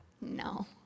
No